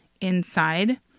inside